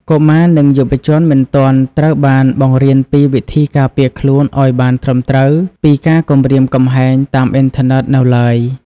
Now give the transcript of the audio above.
កុមារ និងយុវជនមិនទាន់ត្រូវបានបង្រៀនពីវិធីការពារខ្លួនឱ្យបានត្រឹមត្រូវពីការគំរាមកំហែងតាមអ៊ីនធឺណិតនៅឡើយ។